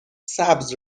سبز